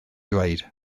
dweud